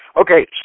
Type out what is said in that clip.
Okay